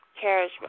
carriage